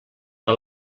que